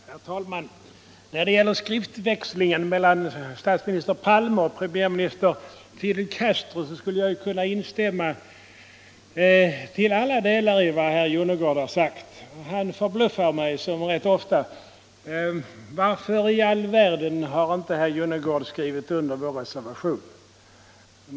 Herr talman! När det gäller skriftväxlingen mellan statsminister Palme och premiärminister Fidel Castro kan jag till alla delar instämma i vad herr Jonnergård har sagt. Som så ofta förr förbluffar herr Jonnergård mig, och jag undrar nu varför i all världen han inte har skrivit under vår reservation.